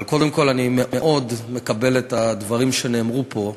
אבל קודם כול, אני מאוד מקבל את הדברים שנאמרו פה,